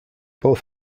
both